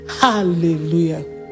hallelujah